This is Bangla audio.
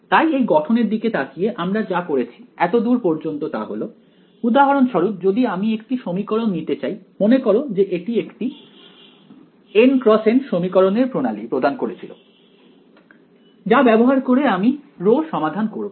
তাই এই গঠনের দিকে তাকিয়ে আমরা যা করেছি এত দূর পর্যন্ত তা হলো উদাহরণস্বরূপ যদি আমি একটি সমীকরণ নিতে চাই মনে করো যে একটি N x N সমীকরণের প্রণালী প্রদান করেছিল যা ব্যবহার করে আমি ρ সমাধান করব